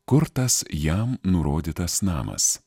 kur tas jam nurodytas namas